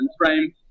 frame